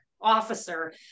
officer